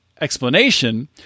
explanation